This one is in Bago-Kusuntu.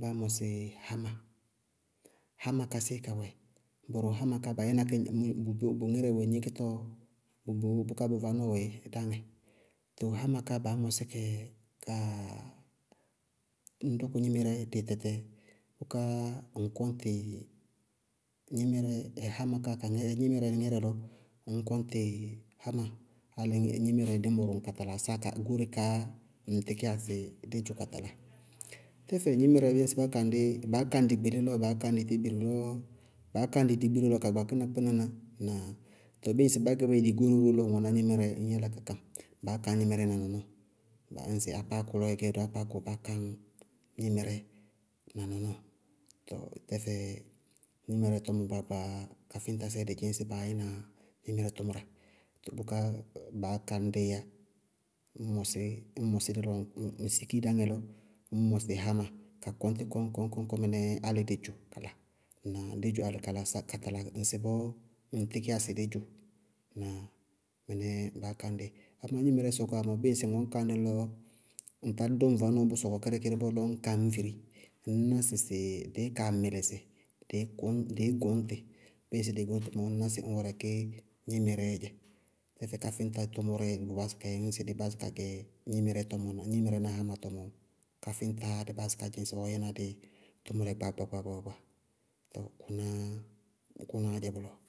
báá mɔsɩ háma, háma ká séé kawɛ? Bʋrʋ háma ká bayɛ na kɛ bʋ ŋírɛ wɛ gníkítɔɔ bʋbʋ bʋká bʋ vanɔɔ wɛ dáŋɛ. Tɔɔ háma ká baá mɔsí kɛ ka ñŋ tukú gnímɩrɛ bʋʋ tɛtɛ bʋká ŋñ kɔñtɩ gnímɩrɛ háma ká ká gnɩ- gnɩmɩrɛ ŋírɛ lɔ, ŋñ kɔñtɩ háma álɩ gnímɩrɛ díí mɔrɔŋ katalasa kaá goóre kaá ŋŋ te gɛyá sɩ dí dzʋ ka tala. Tɛfɛ gnímɩrɛ, bíɩ ŋsɩ bá kaŋ dí, baá káñ dɩ gbelélɔ baá káñ dɩ tébirilɔ, baá káñ dɩ digbire lɔ ka gbakína kpínaná na tɔɔ bíɩ ŋsɩ baá gɛ bayɛ digóre ró lɔ ŋwɛná gnímɩrɛ ŋñ yála ka kaŋ. Baá gañ gnímɩrɛ na nɔnɔɔ. Ŋsɩ ákpáákʋ lɔ ɩí gɛ í dʋ ákpáákʋ, baá káñ gnímɩrɛ na nɔnɔɔ. Tɔɔ tɛfɛ gnímɩrɛ tɔmɔ gbaagba, káfíñtasɛɛ dɩ dzɩŋsɩ baá yɛna gnímɩrɛ tʋmʋrɛ, bʋká baá káñ dɩí yá. Ñŋ mɔsí, ñŋ mɔsí dɩ lɔ ŋ siki dáŋɛ lɔ, ññ mɔsɩ háma ká kɔñtí kɔñkɔñkɔñ mɩnɛɛ álɩ dí dzʋ kala. Ŋnáa? Dí dʋwá ka tɛlɩ ŋsɩbɔɔ ŋŋ tíkíyá sɩ dí dzʋ. Ŋnáa? Mɩnɛɛ baá kañ dɩ, ŋnáa? Amá gnímɩrɛɛ sɔkɔwá mɔɔ bíɩ ŋsɩ ŋ wɛ ŋñ kañ dɛ lɔ ŋtá dʋ ŋ vanɔɔ bʋ sɔkɔ kíríkírí bɔɔ lɔ ŋñ káñ ŋñ viri, ŋñ ná sɩsɩ dɩí kaa mɩlɩsɩ, dɩí gʋñtɩ bíɩ ŋsɩ dɩ gʋñtɩ mɔɔ ŋñná sɩ bʋ wɛrɛkí gnímɩrɛɛ dzɛ. Tɛfɛ káfíñta tʋmʋrɛɛ bʋ báásɩ ka gɛ gnímɩrɛ tɔmɔ gnímɩrɛ na áláma tɔmɔ, káfíñtaá dɩ báásɩ ka dzɩŋ sɩ ɔɔ yɛna bí tʋmʋrɛ gbaagba gbaagba. Tɔɔ kʋnáá bʋ kʋnáá dzɛ bʋlɔ.